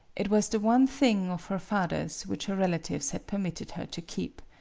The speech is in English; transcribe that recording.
it was the one thing of her father's which her rela tives had permitted her to keep.